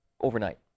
overnight